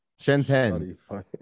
Shenzhen